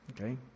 Okay